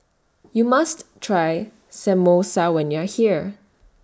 YOU must Try Samosa when YOU Are here